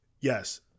Yes